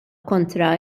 kontra